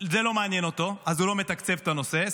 זה לא מעניין אותו אז הוא לא מתקצב את הנושא,